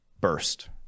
burst